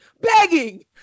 Begging